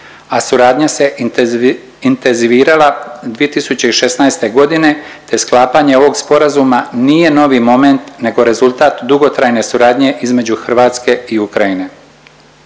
a suradnja se intenzivirala 2016. godine te sklapanje ovog sporazuma nije novi moment nego rezultat dugotrajne suradnje između Hrvatske i Ukrajine.